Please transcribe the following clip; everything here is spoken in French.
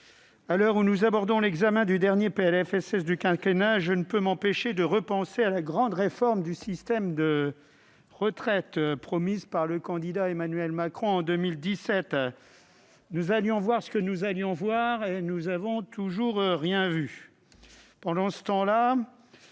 à l'heure où nous abordons l'examen du dernier PLFSS du quinquennat, je ne peux m'empêcher de repenser à la grande réforme du système de retraite promise par le candidat Emmanuel Macron en 2017. Nous allions voir ce que nous allions voir ... Nous n'avons toujours rien vu ! Pendant ce temps,